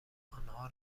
آنها